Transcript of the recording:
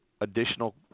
additional